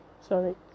Sorry